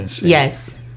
yes